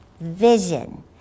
vision